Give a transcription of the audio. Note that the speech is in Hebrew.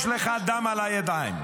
יש לך דם על הידיים.